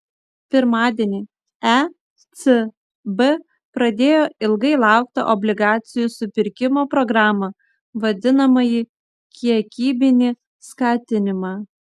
pirmadienį ecb pradėjo ilgai lauktą obligacijų supirkimo programą vadinamąjį kiekybinį skatinimą